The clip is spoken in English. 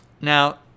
Now